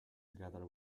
together